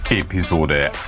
Episode